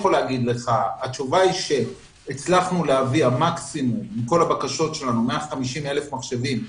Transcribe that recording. התשובה היא שהצלחנו מכל הבקשות שלנו להביא 150,000 מחשבים,